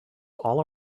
all